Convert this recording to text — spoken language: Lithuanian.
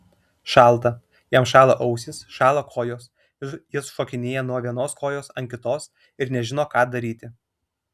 šalta jam šąla ausys šąla kojos jis šokinėja nuo vienos kojos ant kitos ir nežino ką daryti